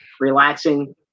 relaxing